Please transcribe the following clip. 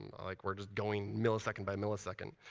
like, we're just going millisecond by millisecond.